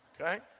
Okay